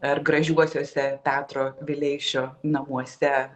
ar gražiuosiuose petro vileišio namuose